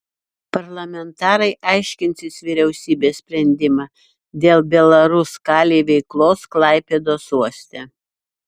parlamentarai aiškinsis vyriausybės sprendimą dėl belaruskalij veiklos klaipėdos uoste